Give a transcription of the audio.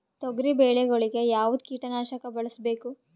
ತೊಗರಿಬೇಳೆ ಗೊಳಿಗ ಯಾವದ ಕೀಟನಾಶಕ ಬಳಸಬೇಕು?